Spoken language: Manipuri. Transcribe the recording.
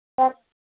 ꯆꯥꯛ